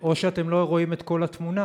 או שאתם לא רואים את כל התמונה.